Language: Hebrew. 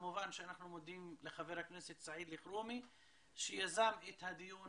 כמובן שאנחנו מודים לחבר הכנסת סעיד אלחרומי שיזם את הדיון